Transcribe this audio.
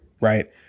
right